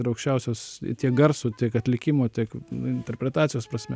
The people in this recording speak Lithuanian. ir aukščiausios tiek garso tiek atlikimo tiek interpretacijos prasme